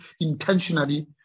intentionally